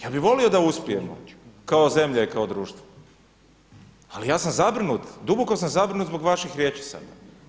Ja bi volio da uspijemo kao zemlja i kao društvo, ali ja sa zabrinut, duboko sam zabrinut zbog vaših riječi sada.